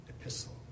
epistle